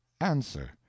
answer